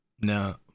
No